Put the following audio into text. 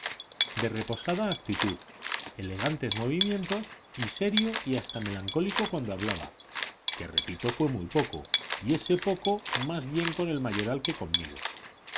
de reposada actitud elegantes movimientos y serio y hasta melancólico cuando hablaba que repito fue muy poco y ese poco más bien con el mayoral que conmigo